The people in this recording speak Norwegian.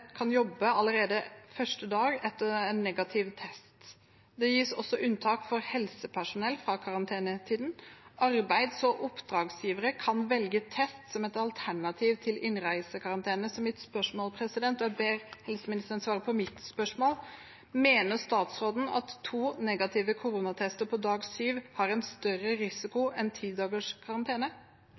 kan jobbe allerede første dag etter en negativ test. Det gis også unntak fra karantenetiden for helsepersonell. Arbeids- og oppdragsgivere kan velge test som et alternativ til innreisekarantene. Mitt spørsmål til statsråden er – og jeg ber helseministeren svare på mitt spørsmål: Mener statsråden at to negative koronatester på dag syv har en større risiko enn